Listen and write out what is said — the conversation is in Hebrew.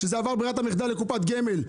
שזה עבר ברירת המחדל לקופת גמל.